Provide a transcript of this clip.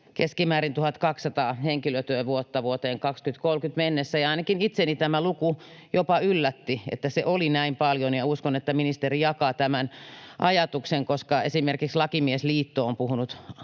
keskimäärin 1 200 henkilötyövuotta vuoteen 2030 mennessä. Ainakin itseni tämä luku jopa yllätti, että se oli näin paljon, ja uskon, että ministeri jakaa tämän ajatuksen, koska esimerkiksi Lakimiesliitto on puhunut